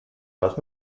das